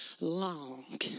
long